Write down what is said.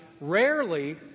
rarely